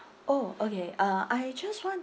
oh okay uh I just want